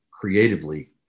creatively